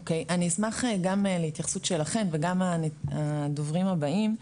אני אשמח גם להתייחסות שלכם וגם הדוברים הבאים,